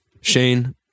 Shane